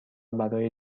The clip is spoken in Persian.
برای